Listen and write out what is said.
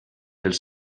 els